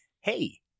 Hey